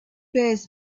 bears